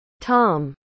Tom